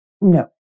No